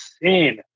insane